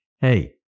hey